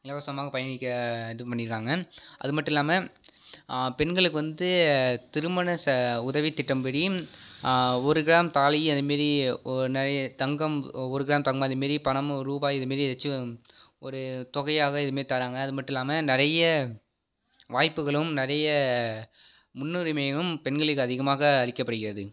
இலவசமாக பயணிக்க இது பண்ணியிருக்காங்க அதுமட்டும் இல்லாமல் பெண்களுக்கு வந்து திருமண ச உதவித்திட்டம் படி ஒரு கிராம் தாலி அதை மாரி ஒ நிறைய தங்கம் ஒரு கிராம் தங்கம் அதை மாரி பணமும் ரூபாய் இதை மாரி ஏதாச்சும் ஒரு தொகையாக இது மாரி தராங்க அதுமட்டும் இல்லாமல் நிறைய வாய்ப்புகளும் நிறைய முன்னுரிமைகளும் பெண்களுக்கு அதிகமாக அளிக்கப்படுகிறது